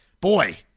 boy